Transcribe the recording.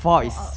fall out